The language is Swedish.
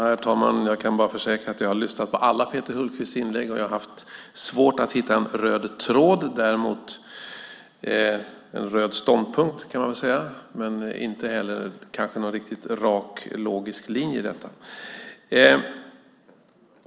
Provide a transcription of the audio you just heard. Herr talman! Jag kan försäkra att jag har lyssnat på alla Peter Hultqvists inlägg och har haft svårt att hitta en röd tråd, däremot inte en röd ståndpunkt. Inte heller någon rak logisk linje har jag hittat.